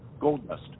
Goldust